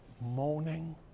moaning